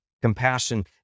compassion